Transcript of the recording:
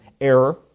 error